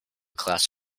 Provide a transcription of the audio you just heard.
class